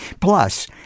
Plus